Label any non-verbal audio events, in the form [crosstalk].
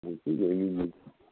[unintelligible]